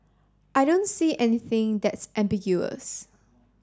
I don't see anything that's ambiguous